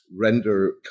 render